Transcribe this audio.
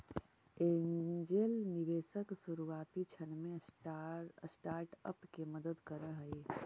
angel निवेशक शुरुआती क्षण में स्टार्टअप के मदद करऽ हइ